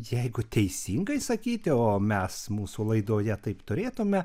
jeigu teisingai sakyti o mes mūsų laidoje taip turėtume